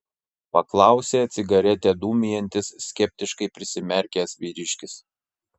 paklausė cigaretę dūmijantis skeptiškai prisimerkęs vyriškis